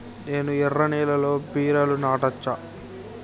నేను ఎర్ర నేలలో బీరలు నాటచ్చా?